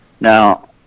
Now